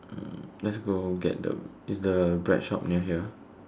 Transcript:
let's go get the is the bread shop near here